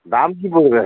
দাম কী পড়বে